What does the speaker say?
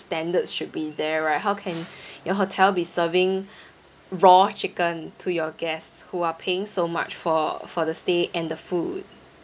standard should be there right how can your hotel be serving raw chicken to your guests who are paying so much for for the stay and the food